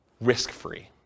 risk-free